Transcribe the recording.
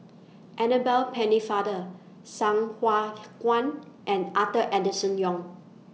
Annabel Pennefather Sai Hua Kuan and Arthur Enderson Young